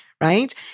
right